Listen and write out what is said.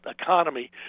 economy